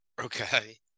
Okay